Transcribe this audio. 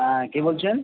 হ্যাঁ কে বলছেন